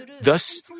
Thus